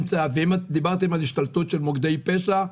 דיברתם על השתלטות של מוקדי פשע,